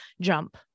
jump